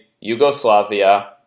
Yugoslavia